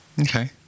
Okay